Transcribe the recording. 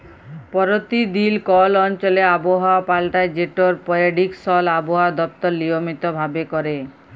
পরতিদিল কল অঞ্চলে আবহাওয়া পাল্টায় যেটর পেরডিকশল আবহাওয়া দপ্তর লিয়মিত ভাবে ক্যরে